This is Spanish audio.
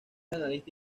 analista